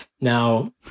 Now